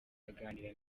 aganira